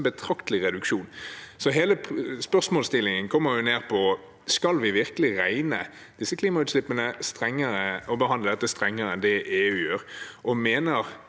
betraktelig reduksjon. Hele spørsmålsstillingen kommer ned til: Skal vi virkelig regne disse klimautslippene strengere og behandle dette strengere enn det EU gjør? Og mener